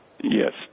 Yes